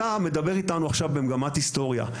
אתה מדבר איתנו עכשיו במגמת היסטוריה.